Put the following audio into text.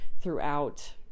throughout